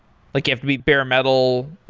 like have to be bare metal,